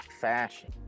fashion